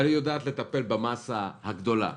אבל היא יודעת לטפל במאסה הגדולה.